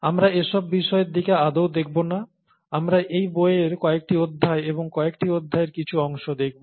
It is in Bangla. আমরা এসব বিষয়ের দিকে আদৌ দেখব না আমরা এই বইয়ের কয়েকটি অধ্যায় এবং কয়েকটি অধ্যায়ের কিছু অংশ দেখব